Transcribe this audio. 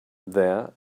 there